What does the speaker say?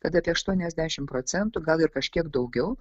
kad apie aštuoniasdešimt procentų gal ir kažkiek daugiau